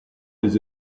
les